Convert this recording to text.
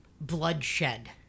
bloodshed